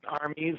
armies